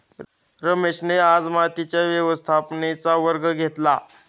रमेशने आज मातीच्या व्यवस्थापनेचा वर्ग घेतला